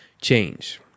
change